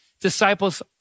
disciples